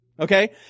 okay